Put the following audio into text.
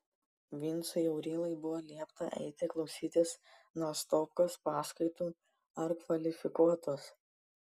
vincui aurylai buvo liepta eiti klausytis nastopkos paskaitų ar kvalifikuotos